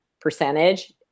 percentage